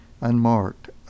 unmarked